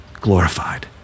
glorified